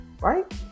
right